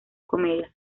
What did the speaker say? comedias